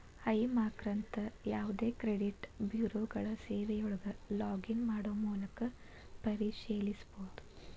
high ಮಾರ್ಕ್ನಂತ ಯಾವದೇ credit ಬ್ಯೂರೋಗಳ ಸೇವೆಯೊಳಗ ಲಾಗ್ ಇನ್ ಮಾಡೊ ಮೂಲಕ ಪರಿಶೇಲಿಸಬೋದ